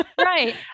Right